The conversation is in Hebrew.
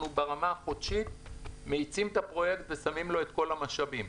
ברמה החודשית אנחנו מאיצים את הפרויקט ושמים לו את כל המשאבים.